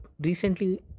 recently